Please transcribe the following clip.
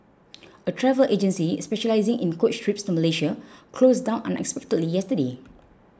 a travel agency specialising in coach trips to Malaysia closed down unexpectedly yesterday